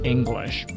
English